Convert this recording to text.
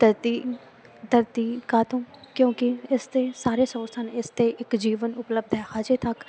ਧਰਤੀ ਧਰਤੀ ਕਾਹ ਤੋਂ ਕਿਉਂਕਿ ਇਸ 'ਤੇ ਸਾਰੇ ਸੋਰਸ ਹਨ ਇਸ 'ਤੇ ਇੱਕ ਜੀਵਨ ਉਪਲਬਧ ਹੈ ਹਜੇ ਤੱਕ